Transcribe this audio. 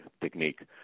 technique